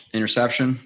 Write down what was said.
Interception